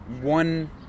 one